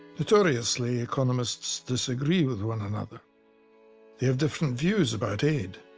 notoriously economists disagree with one another, they have different views about aid.